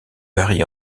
varie